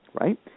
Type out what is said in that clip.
right